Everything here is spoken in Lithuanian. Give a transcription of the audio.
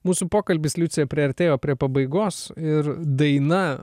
mūsų pokalbis liucija priartėjo prie pabaigos ir daina